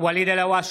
ואליד אלהואשלה,